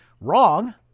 wrong